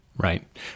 Right